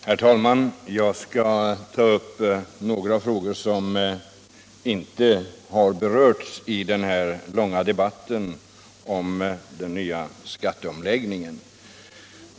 Herr talman! Jag skall ta upp några frågor som inte har berörts i den här långa debatten om den nya skatteomläggningen.